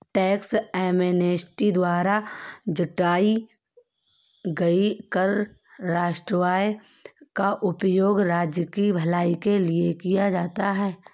tax amnesty द्वारा जुटाए गए कर राजस्व का उपयोग राज्य की भलाई के लिए किया जाता है